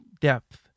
depth